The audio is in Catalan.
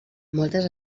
moltes